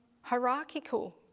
hierarchical